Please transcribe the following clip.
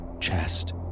chest